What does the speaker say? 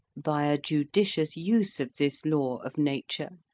by a judicious use of this law of nature,